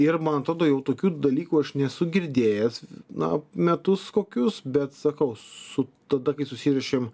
ir man atrodo jau tokių dalykų aš nesu girdėjęs na metus kokius bet sakau su tada kai susiruošėm